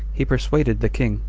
he persuaded the king,